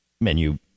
menu